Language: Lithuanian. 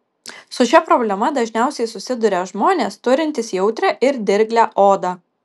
su šia problema dažniausiai susiduria žmonės turintys jautrią ir dirglią odą